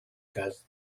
cas